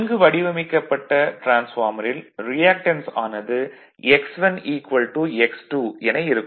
நன்கு வடிவமைக்கப்பட்ட டிரான்ஸ்பார்மரில் ரியாக்டன்ஸ் ஆனது X1 X2 என இருக்கும்